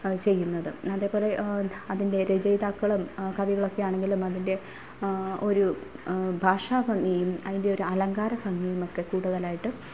ചെയ്യുന്നത് അതേ പോലെ അതിൻ്റെ രചയിതാക്കളും കവികളുമൊക്കെ ആണെങ്കിലും അതിൻ്റെ ഒരു ഭാഷാ ഭംഗിയും അതിൻ്റെ ഒരു അലങ്കാര ഭംഗിയും ഒക്കെ കൂടുതലായിട്ട്